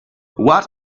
what